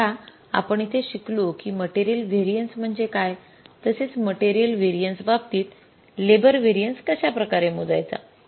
तर आता आपण येथे शिकलो कि मटेरियल व्हेरिएन्स म्हणजे काय तसेच मटेरियल व्हेरिएन्स बाबतीत लंबो व्हेरिएन्स कश्या प्रकारे मोजायचा